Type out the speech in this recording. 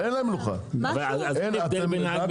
לא יודע.